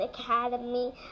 Academy